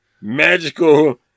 magical